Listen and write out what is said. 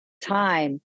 time